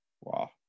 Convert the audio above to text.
Wow